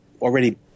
already